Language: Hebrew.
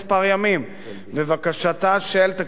בבקשתה של, תקשיבו טוב, סוריה,